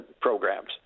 programs